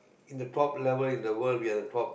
in the top level in the world we are the top